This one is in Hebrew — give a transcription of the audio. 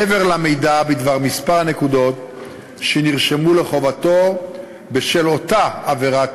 מעבר למידע בדבר מספר הנקודות שנרשמו לחובתו בשל אותה עבירת